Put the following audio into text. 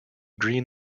green